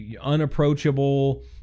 unapproachable